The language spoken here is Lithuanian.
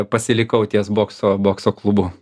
pasilikau ties bokso bokso klubu